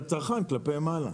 ואת הצרכן כלפי מעלה.